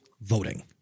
voting